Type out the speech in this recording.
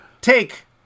Take